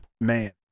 Man